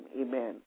Amen